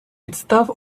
підстав